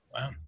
Wow